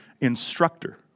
instructor